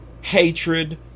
hatred